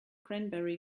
cranberry